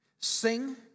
Sing